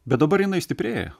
bet dabar jinai stiprėja